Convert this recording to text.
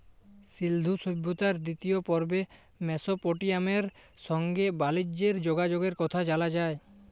সিল্ধু সভ্যতার দিতিয় পর্বে মেসপটেমিয়ার সংগে বালিজ্যের যগাযগের কথা জালা যায়